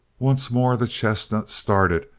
once more the chestnut started,